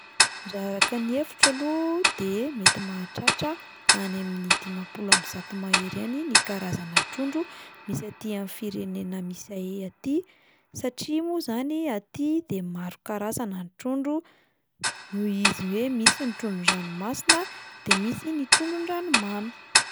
Raha araka ny hevitro aloha de mety mahatratra any amin'ny dimampolo amby zato mahery any ny karazana trondro misy aty amin'ny firenena misy ahy aty satria moa izany aty de maro karazana ny trondro noho izy hoe misy ny trondron-dranomasina de misy ny trondron-dranomamy.